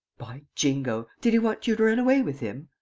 by jingo! did he want you to run away with him?